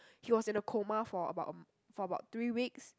he was in a coma for about a m~ for about three weeks